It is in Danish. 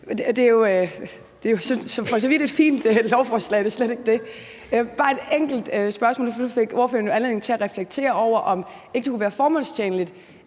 det er slet ikke det. Jeg har bare et enkelt spørgsmål. Nu fik ordføreren jo anledning til at reflektere over, om ikke det ville være formålstjenligt,